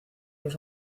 los